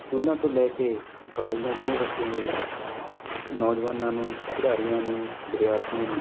ਸਕੂਲਾਂ ਤੋਂ ਲੈ ਕੇ ਕਾਲਜਾਂ ਯੂਨੀਵਰਸਿਟੀਆਂ ਦੇ ਵਿੱਚ ਨੌਜਵਾਨਾਂ ਨੂੰ ਖਿਡਾਰੀਆਂ ਨੂੰ ਵਿਦਿਆਰਥੀਆਂ ਨੂੰ